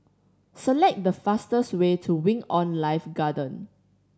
select the fastest way to Wing On Life Garden